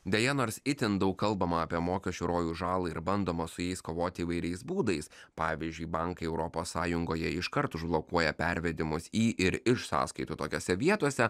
deja nors itin daug kalbama apie mokesčių rojų žalą ir bandoma su jais kovoti įvairiais būdais pavyzdžiui bankai europos sąjungoje iškart užblokuoja pervedimus į ir iš sąskaitų tokiose vietose